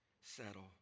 settle